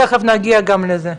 אז תכף נגיע גם לזה.